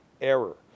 error